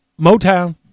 Motown